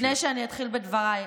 לפני שאני אתחיל בדבריי,